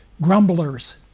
grumblers